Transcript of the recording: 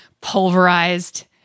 pulverized